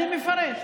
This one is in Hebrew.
אני מפרט.